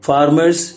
Farmers